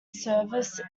service